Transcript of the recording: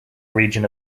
region